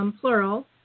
plural